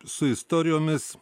su istorijomis